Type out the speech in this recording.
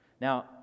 Now